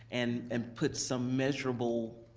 and and put some measurable